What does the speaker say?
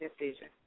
decision